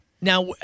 Now